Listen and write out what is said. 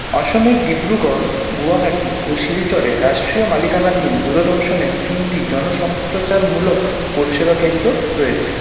অসমের ডিব্রুগড় গুয়াহাটি ও শিলচরে রাষ্ট্রীয় মালিকানাধীন দূরদর্শনের তিনটি জনসম্প্রচারমূলক পরিষেবা কেন্দ্র রয়েছে